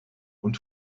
und